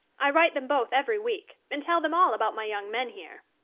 i write them both every week and tell them all about my young men here.